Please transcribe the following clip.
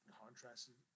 contrasted